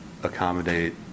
accommodate